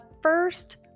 first